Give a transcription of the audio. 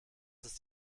ist